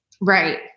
Right